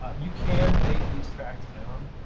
you can bake these tracks down.